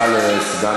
לגנוב סוסים זה בסדר.